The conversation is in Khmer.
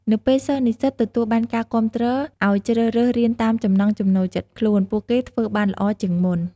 នៅពេលសិស្សនិស្សិតទទួលការគាំទ្រឲ្យជ្រើសរើសរៀនតាមចំណង់ចំណូលចិត្តខ្លួន ពួកគេធ្វើបានល្អជាងមុន។